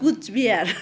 Cooch Behar